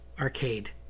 Arcade